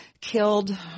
killed